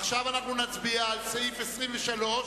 עכשיו נצביע על סעיף 23,